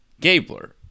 Gabler